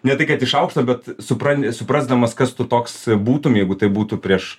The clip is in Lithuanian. ne tai kad iš aukšto bet supranti suprasdamas kas tu toks būtum jeigu tai būtų prieš